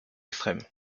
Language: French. extrême